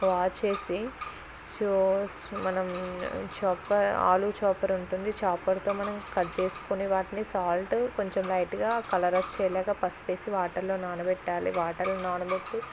wash చేసి so మనం chopper ఆలు చాపర్ ఉంటుంది చాపర్తో మనం కట్ చేసుకొని వాటిని సాల్ట్ కొంచెం లైట్గా కలర్ వచ్చేలాగా పసుపు వేసి వాటర్లో నానపెట్టాలి వాటర్ నానపెట్టి